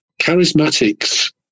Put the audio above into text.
Charismatics